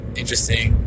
interesting